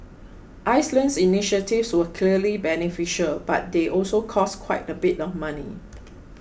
Iceland's initiatives were clearly beneficial but they also cost quite a bit of money